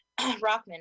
Rockman